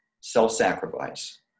self-sacrifice